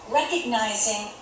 recognizing